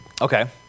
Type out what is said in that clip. Okay